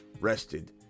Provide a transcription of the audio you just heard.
rested